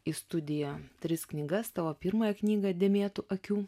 į studiją tris knygas tavo pirmąją knygą dėmėtų akių